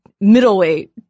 middleweight